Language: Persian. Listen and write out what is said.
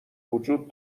وجود